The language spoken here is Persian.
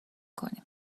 کنیم